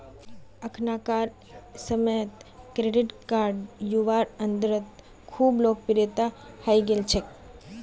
अखनाकार समयेत credit card युवार अंदरत खूब लोकप्रिये हई गेल छेक